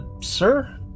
sir